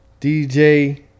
DJ